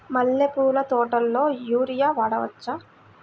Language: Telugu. మల్లె పూల తోటలో యూరియా వాడవచ్చా?